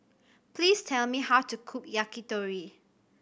please tell me how to cook Yakitori